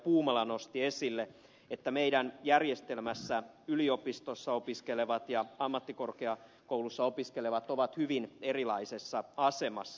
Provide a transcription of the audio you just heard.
puumala nosti esille meidän järjestelmässämme yliopistossa opiskelevat ja ammattikorkeakoulussa opiskelevat ovat hyvin erilaisessa asemassa